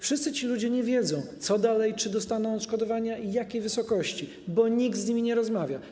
Wszyscy ci ludzie nie wiedzą, co dalej, czy dostaną odszkodowania i w jakiej wysokości, bo nikt z nimi nie rozmawia.